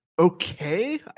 Okay